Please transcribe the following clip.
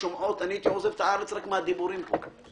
הייתי עוזב את הארץ רק מהדיבורים פה.